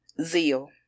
Zeal